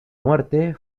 muerte